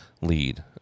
lead